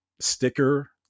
sticker